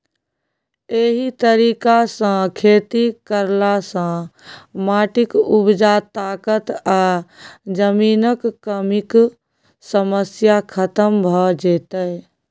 एहि तरीका सँ खेती करला सँ माटिक उपजा ताकत आ जमीनक कमीक समस्या खतम भ जेतै